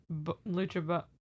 Lucha